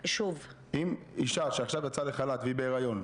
אם אישה שעכשיו יצאה לחל"ת והיא בהריון,